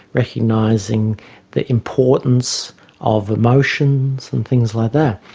recognising the importance of emotions and things like that.